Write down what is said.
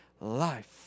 life